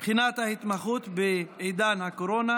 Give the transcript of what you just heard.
בחינת ההתמחות בעידן הקורונה),